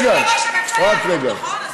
רגע, רק רגע.